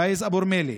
פאיז אבו רמילה,